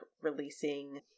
releasing